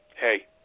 Hey